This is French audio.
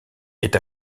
est